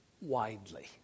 widely